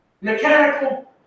Mechanical